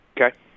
Okay